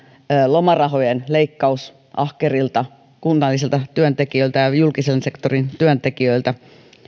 lomarahojen leikkaus ahkerilta kunnallisilta työntekijöiltä ja julkisen sektorin työntekijöiltä